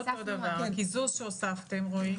הקיזוז שהוספתם, רועי.